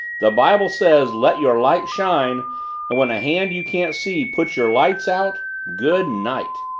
the bible says, let your light shine' and when a hand you can't see puts your lights out good night!